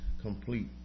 complete